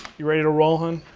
you ready to roll, hun?